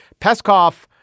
Peskov